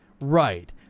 Right